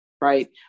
right